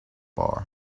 bar